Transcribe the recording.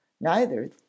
Neither